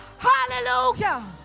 Hallelujah